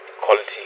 Quality